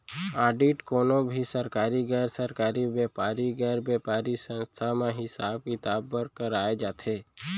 audit कोनो भी सरकारी, गैर सरकारी, बेपारिक, गैर बेपारिक संस्था म हिसाब किताब बर कराए जाथे